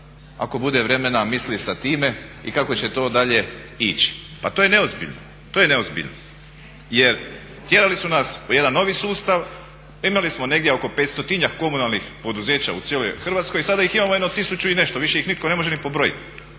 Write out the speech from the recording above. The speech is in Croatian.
ako bude vremena misli sa time i kako će to dalje ići. Pa to je neozbiljno! Jer tjerali su nas u jedan novi sustav, imali smo negdje oko petstotinjak komunalnih poduzeća u cijeloj Hrvatskoj i sada ih imamo jedno tisuću i nešto, više ih nitko ne može ni pobrojiti.